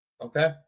Okay